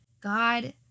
God